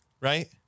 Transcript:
right